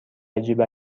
عجیب